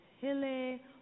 Hilly